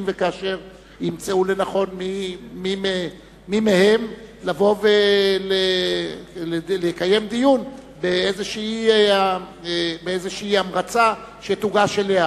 אם וכאשר ימצאו לנכון מי מהם לבוא ולקיים דיון באיזו המרצה שתוגש אליה,